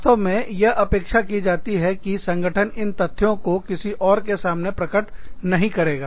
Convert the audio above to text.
वास्तव में यह अपेक्षा की जाती है कि संगठन इन तथ्यों को किसी और के सामने प्रकट नहीं करेगा